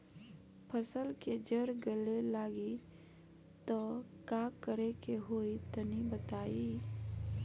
फसल के जड़ गले लागि त का करेके होई तनि बताई?